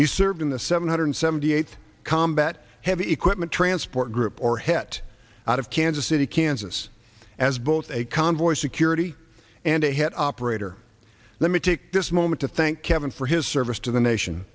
he served in the seven hundred seventy eighth combat heavy equipment transport group or hete out of kansas city kansas as both a convoy security and a head operator let me take this moment to thank kevin for his service to the nation